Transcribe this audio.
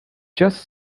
just